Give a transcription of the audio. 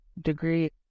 degree